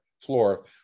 floor